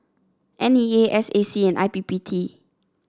N E A S A C and I P P T